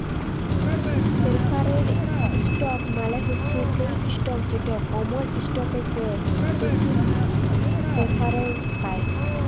perforated ইসটক মালে হছে সেই ইসটক যেট কমল ইসটকের চাঁঁয়ে বেশি পেরফারেলস পায়